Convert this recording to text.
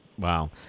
Wow